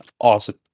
awesome